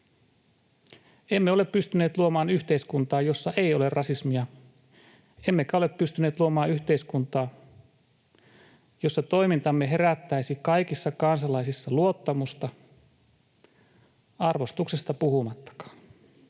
Emme ole pystyneet luomaan yhteiskuntaa, jossa ei ole rasismia, emmekä ole pystyneet luomaan yhteiskuntaa, jossa toimintamme herättäisi kaikissa kansalaisissa luottamusta, arvostuksesta puhumattakaan.